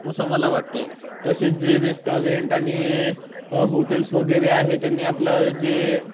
असं मला वाटते तसेच जे रेस्टाॅरेंट आणि होटेल्स वगैरे आहेत त्यांनी आपलं जे